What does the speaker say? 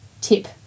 tip